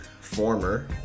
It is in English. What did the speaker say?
former